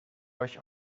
euch